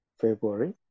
February